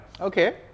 Okay